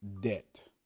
debt